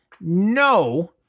no